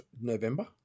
November